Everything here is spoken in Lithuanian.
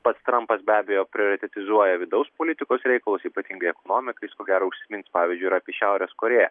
pats trampas be abejo prioritetizuoja vidaus politikos reikalus ypatingai ekonomiką jis ko gero užsimins pavyzdžiui ir apie šiaurės korėją